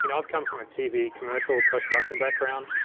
you know i've come from a tv commercial post-production background,